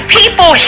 people